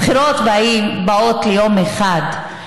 הבחירות באות ליום אחד,